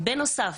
בנוסף,